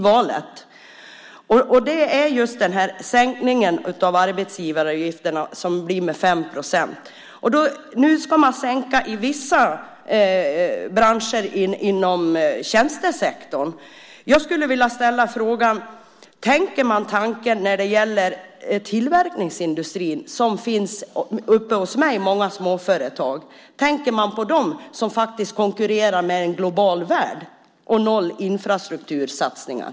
Det handlar om sänkningen av arbetsgivaravgifterna med 5 procent. Nu ska man sänka i vissa branscher inom tjänstesektorn. Jag skulle vilja ställa frågan: Tänker man tanken när det gäller tillverkningsindustrin som finns uppe hos mig med många småföretag? Tänker man på dem som faktiskt konkurrerar i en global värld och med noll infrastruktursatsningar?